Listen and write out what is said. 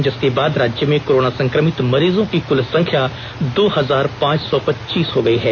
जिसके बाद राज्य में कोरोना संक्रमित मरीजों की कल संख्या दो हजार पांच सौ पच्चीस हो गई है